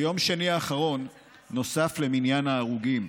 ביום שני האחרון נוסף למניין ההרוגים,